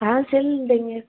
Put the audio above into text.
हाँ सिल देंगे